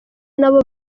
nabo